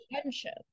friendship